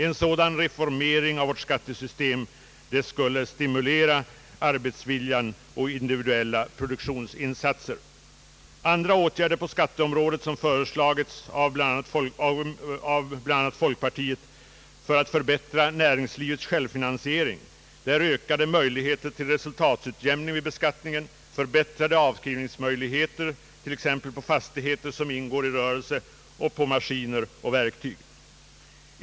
En så dan reformering av vårt skattesystem skulle stimulera arbetsviljan och individuella produktionsinsatser. Andra åtgärder på skatteområdet för att förbättra näringslivets självfinansiering är ökade möjligheter till resultatutjämning vid beskattning, förbättrade avskrivningsmöjligheter t.ex. på fastigheter som ingår i rörelsen och på maskiner och verktyg.